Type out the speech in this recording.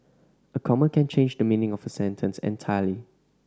a comma can change the meaning of a sentence entirely